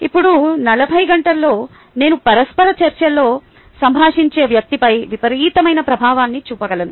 ఇప్పుడు నలభై గంటల్లో నేను పరస్పర చర్యలో సంభాషించే వ్యక్తిపై విపరీతమైన ప్రభావాన్ని చూపగలను